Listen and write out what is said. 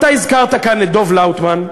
אתה הזכרת כאן את דב לאוטמן,